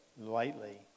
lightly